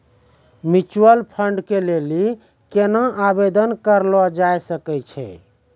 Mutual fund के लेली केना आवेदन करलो जाय सकै छै?